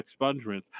expungements